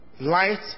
Light